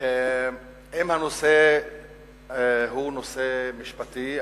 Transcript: אם הנושא הוא נושא משפטי,